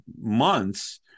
months